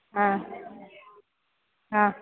ആ ആ